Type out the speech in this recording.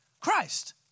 Christ